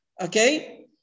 Okay